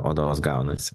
odos gaunasi